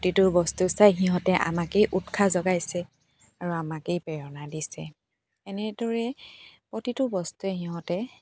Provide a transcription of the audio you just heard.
প্ৰতিটো বস্তু চাই সিহঁতে আমাকেই উৎসাহ যোগাইছে আৰু আমাকেই প্ৰেৰণা দিছে এনেদৰে প্ৰতিটো বস্তুৱে সিহঁতে